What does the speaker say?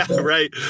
right